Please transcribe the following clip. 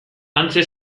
hantxe